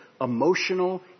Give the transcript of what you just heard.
emotional